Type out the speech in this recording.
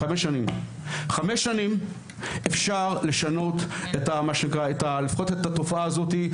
חמש שנים אפשר לשנות את התופעה הזאת,